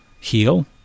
heal